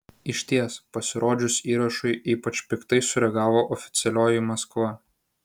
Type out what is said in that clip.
išties pasirodžius įrašui ypač piktai sureagavo oficialioji maskva